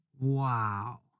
Wow